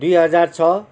दुई हजार छ